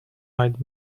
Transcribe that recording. eyed